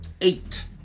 eight